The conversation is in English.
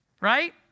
Right